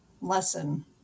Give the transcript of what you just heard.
lesson